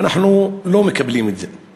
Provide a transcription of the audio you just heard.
ואנחנו לא מקבלים את זה.